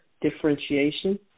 differentiation